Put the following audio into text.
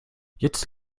jetzt